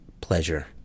pleasure